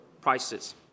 prices